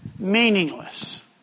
Meaningless